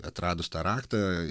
atradus tą raktą